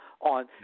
on